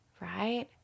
right